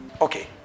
Okay